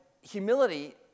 humility